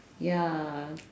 ya